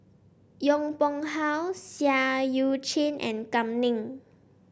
Yong Pung How Seah Eu Chin and Kam Ning